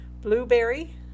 Blueberry